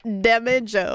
damage